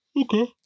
Okay